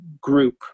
group